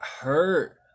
hurt